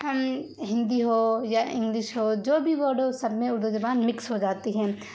ہندی ہو یا انگلش ہو جو بھی ورڈ ہو سب میں اردو زبان مکس ہو جاتی ہے